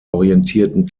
orientierten